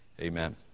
Amen